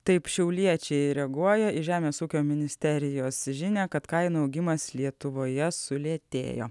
taip šiauliečiai reaguoja į žemės ūkio ministerijos žinią kad kainų augimas lietuvoje sulėtėjo